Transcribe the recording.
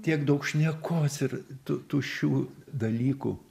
tiek daug šnekos ir tu tuščių dalykų